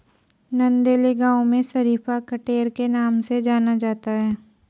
नंदेली गांव में शरीफा कठेर के नाम से जाना जाता है